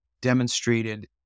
demonstrated